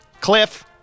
Cliff